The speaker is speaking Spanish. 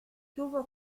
tuvo